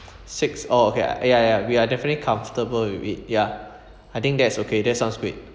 six orh okay ya ya we are definitely comfortable with it ya I think that is okay that sounds great